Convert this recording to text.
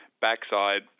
backside